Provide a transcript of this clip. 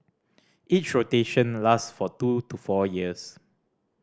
each rotation last for two to four years